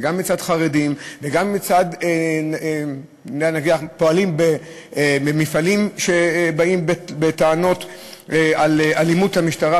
וגם מצד חרדים וגם מצד פועלים ממפעלים שבאים בטענות על אלימות המשטרה,